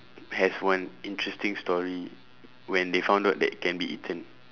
has one interesting story when they found out that it can be eaten